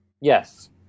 yes